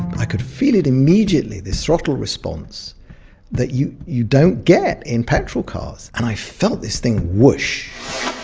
i could feel it immediately this throttle response that you, you don't get in petrol cars. and i felt this thing woosh.